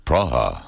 Praha